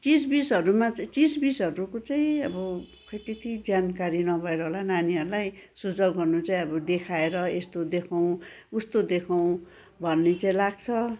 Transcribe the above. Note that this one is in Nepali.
चिज बिजहरूमा चाहिँ चिजबिजहरूको चाहिँ अब खोइ त्यति जानकारी नभएर होला नानीहरूलाई सुझाउ गर्नु चाहिँ अब देखाएर यस्तो देखाउँ उस्तो देखाउँ भन्ने चाहिँ लाग्छ